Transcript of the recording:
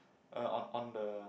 uh on on the